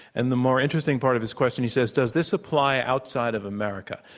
and the more interesting part of his question, he says, does this apply outside of america?